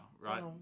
right